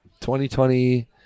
2020